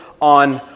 on